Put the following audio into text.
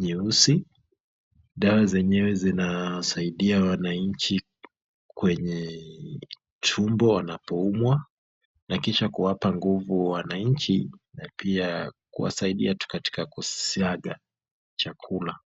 nyeusi, dawa zenyewe zinasaidia wananchi kwenye tumbo wanapoumwa na kisha kuwapa nguvu wananchi na pia kuwasaidia tu katika kusiaga chakula.